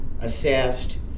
assessed